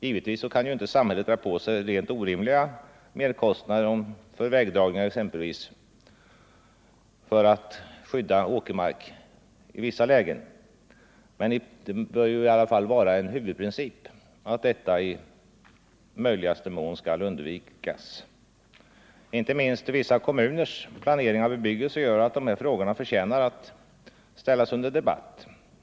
Givetvis kan samhället inte ta på sig orimliga merkostnader för exempelvis vägdragningar för att skydda åkermark i vissa lägen, men det bör vara en huvudprincip att sådant utnyttjande i möjligaste mån skall undvikas. Inte minst vissa kommuners planering av bebyggelse gör att dessa frågor förtjänar att ställas under debatt.